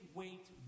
wait